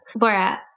Laura